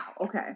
Okay